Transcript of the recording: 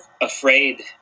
afraid